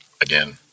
again